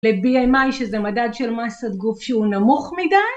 ל-BMI שזה מדד של מסת גוף שהוא נמוך מדי